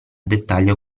dettaglio